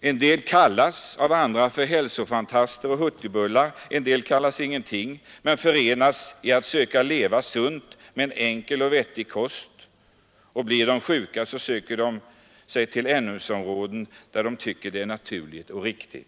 en del kallas av andra för hälsofantaster och hurtbullar, en del kallas ingenting men förenas i att söka leva sunt med en enkel och vettig kost. Blir de sjuka, söker de sig till läkemedel som de finner naturliga och riktiga.